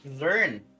learn